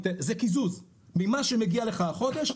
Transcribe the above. זה קיזוז ממה שמגיע לך החודש,